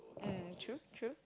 mm true true